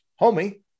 homie